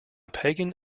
pagan